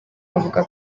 avuga